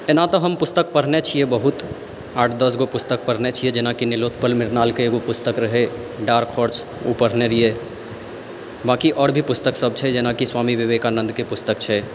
ओना तऽ हम पुस्तक पढ़ने छियै बहुत आठ दसगो पुस्तक पढ़ने छियै जेनाकि मेडिकल मे हमरा सबके एगो पुस्तक रहै डार्क पोर्च पढ़ने रहियै बाॅंकी आओर सब पुस्तक सब छै जेनाकि स्वामी विवेकानंद के पुस्तक छै